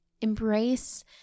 Embrace